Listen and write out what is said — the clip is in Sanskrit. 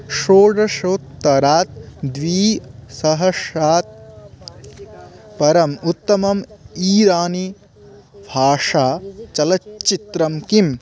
षोडशोत्तरात् द्विसहस्रात् परम् उत्तमम् ईरानी भाषा चलच्चित्रं किम्